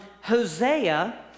Hosea